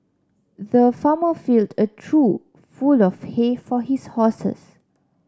the farmer filled a trough full of hay for his horses